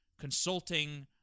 consulting